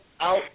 out